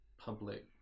public